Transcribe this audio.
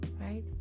Right